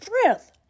strength